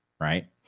right